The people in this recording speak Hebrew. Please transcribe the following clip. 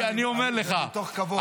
זה מתוך כבוד.